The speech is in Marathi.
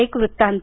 एक वृत्तांत